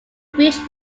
reached